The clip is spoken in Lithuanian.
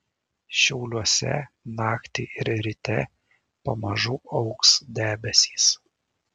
šiauliuose naktį ir ryte pamažu augs debesys